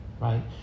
right